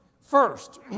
first